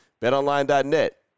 BetOnline.net